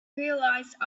realized